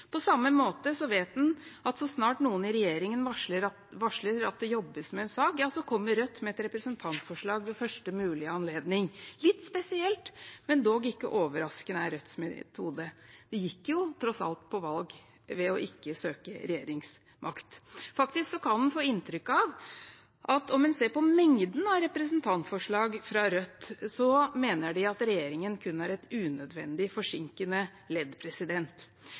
På samme måte vet en at så snart noen i regjeringen varsler at det jobbes med en sak, så kommer Rødt med et representantforslag ved første mulige anledning. Det er litt spesielt, men dog ikke overraskende at det er Rødts metode. De gikk tross alt til valg på ikke å søke regjeringsmakt. Faktisk kan en få inntrykk av, når en ser på mengden av representantforslag fra Rødt, at de mener regjeringen kun er et unødvendig forsinkende ledd.